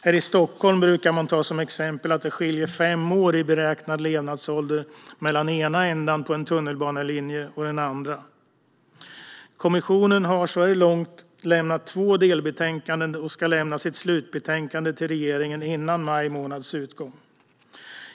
Här i Stockholm brukar man ta som exempel att det skiljer fem år i beräknad levnadsålder mellan den ena änden på en tunnelbanelinje och den andra. Kommissionen har så här långt lämnat två delbetänkanden och ska lämna sitt slutbetänkande till regeringen före maj månads utgång.